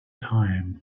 time